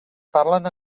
parlen